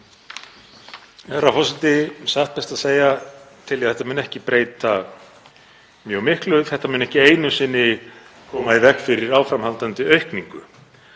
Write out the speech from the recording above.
þetta mun ekki einu sinni koma í veg fyrir áframhaldandi aukningu.